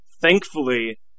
Thankfully